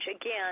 again